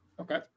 Okay